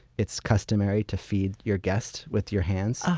it's customary to feed your guest with your hands.